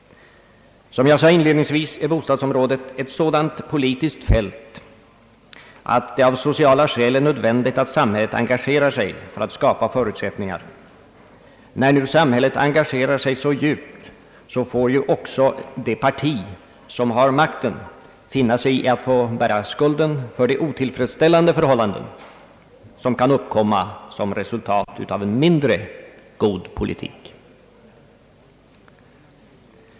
Som jag sade inledningsvis är bostadsområdet ett sådant politiskt fält att det av sociala skäl är nödvändigt att samhället engagerar sig för att skapa förutsättningar. När nu samhället engagerar sig så djupt får ju också det parti som har makten finna sig i att få bära skulden för de otillfredsställande förhållanden som kan uppkomma som resultat av en mindre god politik.